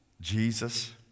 Jesus